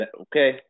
Okay